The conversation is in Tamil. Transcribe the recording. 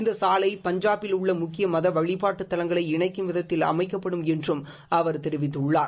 இந்த சாலை பஞ்சாபில் உள்ள முக்கிய மத வழிப்பாட்டுத் தலங்களை இணைக்கும் விதத்தில் அமைக்கப்படும் என்றும் அவர் தெரிவித்துள்ளார்